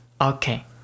Okay